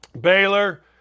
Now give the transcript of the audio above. Baylor